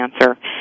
cancer